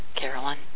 Carolyn